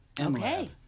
Okay